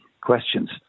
questions